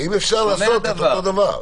האם אפשר לעשות את אותו דבר?